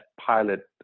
pilot